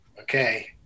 Okay